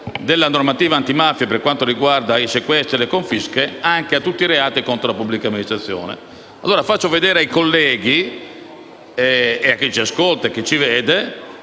della normativa antimafia per quanto riguarda i sequestri e le confische anche a tutti i reati contro la pubblica amministrazione. Vorrei allora mostrare ai colleghi, a chi ci ascolta e a chi ci